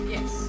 Yes